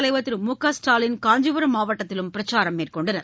தலைவர் திரு மு க ஸ்டாலின் காஞ்சிபுரம் மாவட்டத்திலும் பிரச்சாரம் மேற்கொண்டனர்